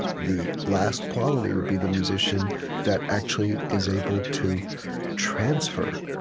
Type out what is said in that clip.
ah the last quality would be the musician that actually is able to transfer,